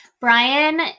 Brian